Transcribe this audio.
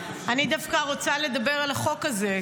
אני דווקא רוצה לדבר על החוק זה,